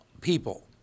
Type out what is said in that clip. People